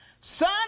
son